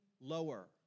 lower